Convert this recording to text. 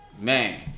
Man